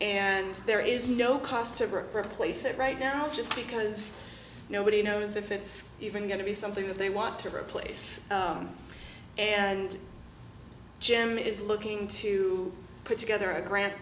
and there is no cost to replace it right now just because nobody knows if it's even going to be something that they want to replace and jim is looking to put together a grant